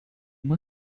uma